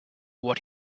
what